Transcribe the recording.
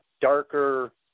darker